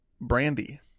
Brandy